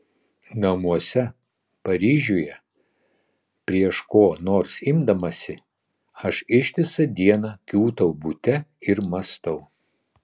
namuose paryžiuje prieš ko nors imdamasi aš ištisą dieną kiūtau bute ir mąstau